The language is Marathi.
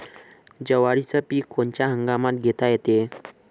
जवारीचं पीक कोनच्या हंगामात घेता येते?